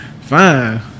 Fine